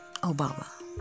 Obama